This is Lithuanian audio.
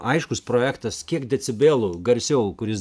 aiškus projektas kiek decibelų garsiau kuris